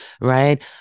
right